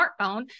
smartphone